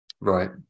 Right